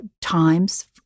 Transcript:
times